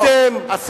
אין